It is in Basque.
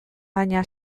baina